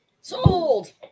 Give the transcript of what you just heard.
Sold